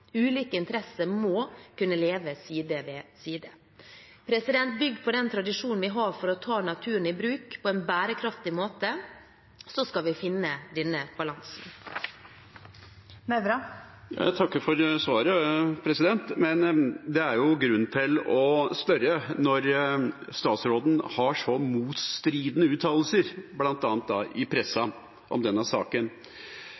Ulike interesser må kunne leve side ved side. Bygd på den tradisjonen vi har for å ta naturen i bruk på en bærekraftig måte, skal vi finne denne balansen. Jeg takker for svaret. Men det er jo grunn til å spørre når statsråden har så motstridende uttalelser, bl.a. i pressen, om denne saken. SV er heller ikke alene. Administrerende direktør i